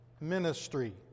ministry